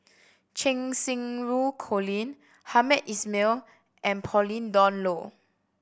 Cheng Xinru Colin Hamed Ismail and Pauline Dawn Loh